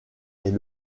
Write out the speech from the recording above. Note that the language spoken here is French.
est